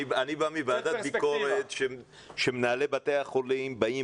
אני בא מוועדת ביקורת שמנהלי בתי החולים באים